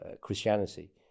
Christianity